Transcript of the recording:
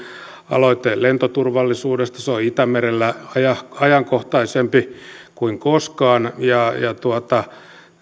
aloite lentoturvallisuudesta se on itämerellä ajankohtaisempi kuin koskaan